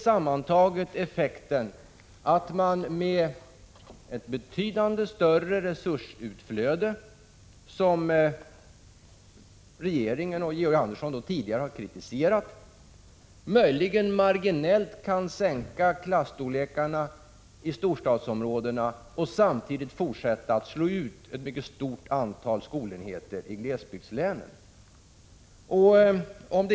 Sammantaget blir effekten den att man med ett betydligt större resursutflöde, något som regeringen och Georg Andersson tidigare har kritiserat, möjligen marginellt kan sänka klasstorlekarna i storstadsområdena och samtidigt fortsätta att slå ut ett mycket stort antal skolenheter i glesbygdslänen.